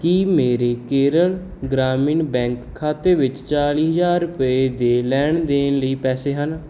ਕੀ ਮੇਰੇ ਕੇਰਲ ਗ੍ਰਾਮੀਣ ਬੈਂਕ ਖਾਤੇ ਵਿੱਚ ਚਾਲੀ ਹਜ਼ਾਰ ਰੁਪਏ ਦੇ ਲੈਣ ਦੇਣ ਲਈ ਪੈਸੇ ਹਨ